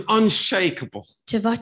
unshakable